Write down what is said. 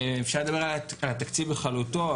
אפשר לדבר על התקציב בכללותו,